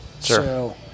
Sure